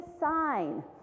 sign